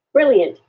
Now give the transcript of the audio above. brilliant.